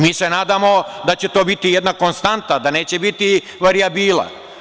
Mi se nadamo da će to biti jedna konstanta, da neće biti varijabila.